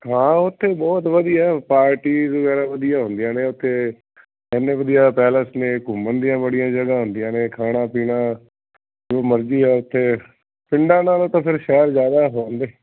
ਹਾਂ ਉੱਥੇ ਬਹੁਤ ਵਧੀਆ ਪਾਰਟੀ ਵਗੈਰਾ ਵਧੀਆ ਹੁੰਦੀਆਂ ਨੇ ਉੱਥੇ ਇੰਨੇ ਵਧੀਆ ਪੈਲੇਸ ਨੇ ਘੁੰਮਣ ਦੀਆਂ ਬੜੀਆਂ ਜਗ੍ਹਾ ਹੁੰਦੀਆਂ ਨੇ ਖਾਣਾ ਪੀਣਾ ਜੋ ਮਰਜ਼ੀ ਹੈ ਉੱਥੇ ਪਿੰਡਾਂ ਨਾਲੋਂ ਤਾਂ ਫਿਰ ਸ਼ਹਿਰ ਜ਼ਿਆਦਾ ਹੋਣ